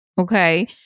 Okay